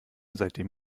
seitdem